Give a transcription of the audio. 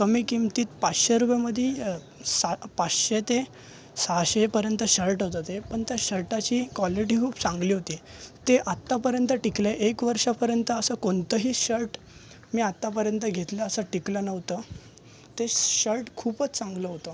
कमी किमतीत पाचशे रुपयामध्ये सा पाचशे ते सहाशेपर्यंत शर्ट होतं ते पण त्या शर्टाची क्वालिटी खूप चांगली होती ते आत्तापर्यंत टिकलंय एक वर्षापर्यंत असं कोणतही शर्ट मी आत्तापर्यंत घेतलं असं टिकलं नव्हतं ते शर्ट खूपच चांगलं होतं